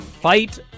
Fight